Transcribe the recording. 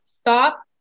stop